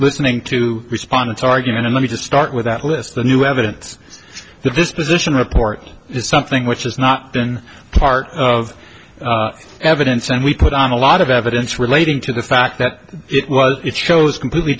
listening to respond to argument in let me just start with that list the new evidence that this position report is something which has not been part of evidence and we put on a lot of evidence relating to the fact that it was it shows completely